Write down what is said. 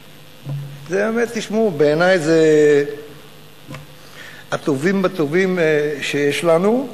באמת, תשמעו, בעיני אלה הטובים בטובים שיש לנו.